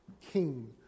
king